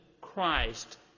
Christ